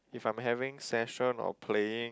if I'm having session of playing